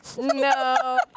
No